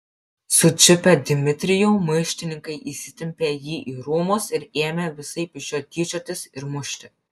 sučiupę dmitrijų maištininkai įsitempė jį į rūmus ir ėmė visaip iš jo tyčiotis ir mušti